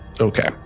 Okay